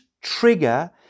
trigger